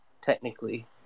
technically